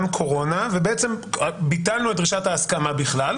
קורונה ובעצם ביטלנו את דרישת ההסכמה בכלל.